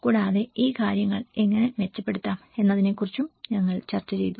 കൂടാതെ ഈ കാര്യങ്ങൾ എങ്ങനെ മെച്ചപ്പെടുത്താം എന്നതിനെക്കുറിച്ചും ഞങ്ങൾ ചർച്ച ചെയ്തു